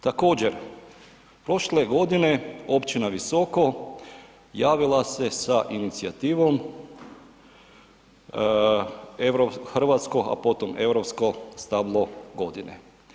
Također, prošle je godine općina Visoko javila se sa inicijativom hrvatsko, a potom europsko stablo godine.